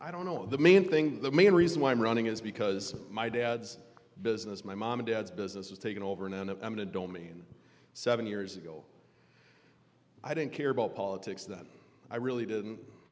i don't know the main thing the main reason why i'm running is because my dad's business my mom and dad's business has taken over and eminent domain seven years ago i didn't care about politics that i really didn't